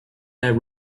air